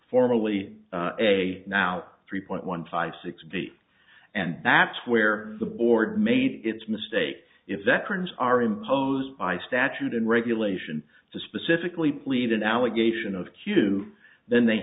formally a now three point one five six d and that's where the board made its mistake if that turns are imposed by statute and regulation to specifically plead an allegation of q two then they